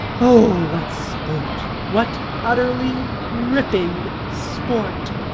oh! what sport what utterly ripping sport!